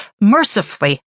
mercifully